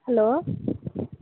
hello